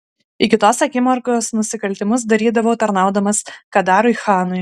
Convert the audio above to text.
iki tos akimirkos nusikaltimus darydavau tarnaudamas kadarui chanui